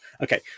okay